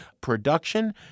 production